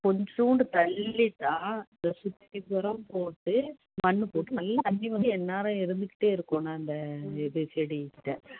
கொஞ்சோண்டு தள்ளி தான் அதை சுற்றிஉரம் போட்டு மண்போட்டு நல்லா தண்ணி வந்து எந்நேரம் இருந்துக்கிட்டே இருக்கணும் அந்த இது செடிக்கிட்ட